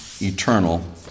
eternal